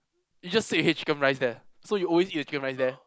you just said you hate the chicken rice there so you always eat the chicken rice there